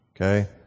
Okay